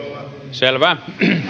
selvä